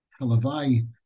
Halavai